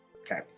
Okay